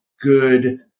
good